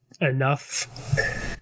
enough